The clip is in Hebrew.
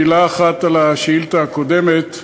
מילה אחת על השאילתה הקודמת.